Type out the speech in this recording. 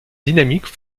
dynamique